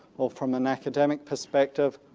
or from an academic perspective,